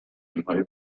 تیمهای